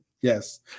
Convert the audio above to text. yes